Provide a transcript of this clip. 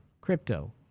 crypto